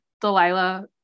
Delilah